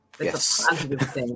Yes